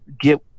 get